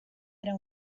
era